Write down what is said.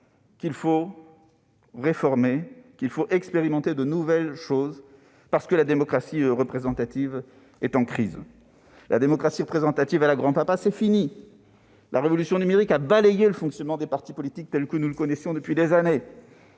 qu'il faut réformer, expérimenter de nouvelles choses, parce que la démocratie représentative est en crise. La démocratie représentative « à la grand-papa », c'est fini ! La révolution numérique a balayé le fonctionnement des partis politiques tel que nous le connaissions depuis des années.